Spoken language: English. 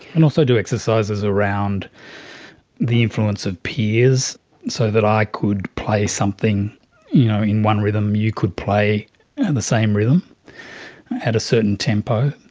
and also do exercises around the influence of peers so that i could play something you know in one rhythm, you could play in the same rhythm at a certain tempo,